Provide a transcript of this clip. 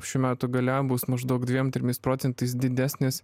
šių metų gale bus maždaug dviem trimis procentais didesnis